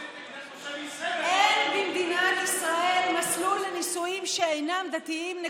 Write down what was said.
אין במדינת ישראל מסלול לנישואים שאינם דתיים.